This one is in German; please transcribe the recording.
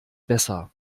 besser